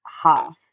half